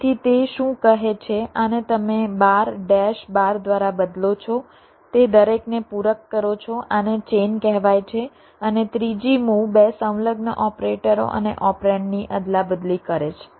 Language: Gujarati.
તેથી તે શું કહે છે આને તમે બાર ડેશ બાર દ્વારા બદલો છો તે દરેકને પૂરક કરો છો આને ચેઇન કહેવાય છે અને ત્રીજી મૂવ બે સંલગ્ન ઓપરેટરો અને ઓપરેન્ડની અદલાબદલી કરે છે